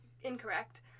incorrect